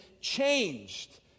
changed